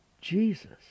Jesus